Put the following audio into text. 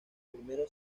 primero